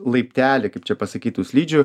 laiptelį kaip čia pasakyt tų slidžių